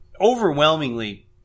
overwhelmingly